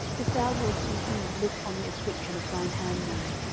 if thou wilt indeed look on the affliction of thine handmaid,